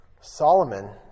Solomon